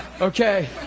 Okay